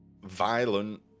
violent